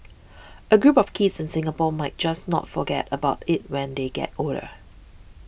a group of kids in Singapore might just not forget about it when they get older